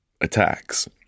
attacks